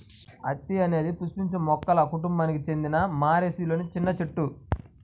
అత్తి అనేది పుష్పించే మొక్కల కుటుంబానికి చెందిన మోరేసిలోని చిన్న చెట్టు